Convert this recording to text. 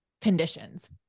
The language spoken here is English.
conditions